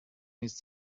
ist